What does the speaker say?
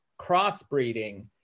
crossbreeding